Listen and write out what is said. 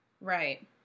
right